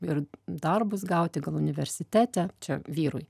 ir darbus gauti gal universitete čia vyrui